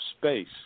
space